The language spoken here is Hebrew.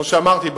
כמו שאמרתי,